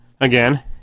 again